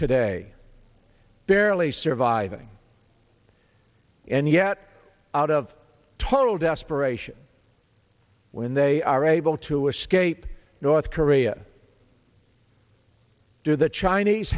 today barely surviving and yet out of total desperation when they are able to escape north korea do the chinese